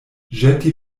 ĵeti